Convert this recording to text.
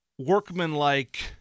workman-like